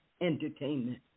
entertainment